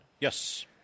yes